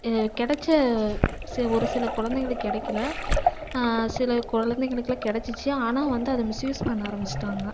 கிடச்ச செ ஒரு சில குழந்தைங்களுக்கு கிடைக்கல சில குழந்தைகளுக்கே கிடச்சிச்சி ஆனால் வந்து அது மிஸ்யூஸ் பண்ண ஆரமிச்சிட்டாங்க